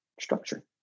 structure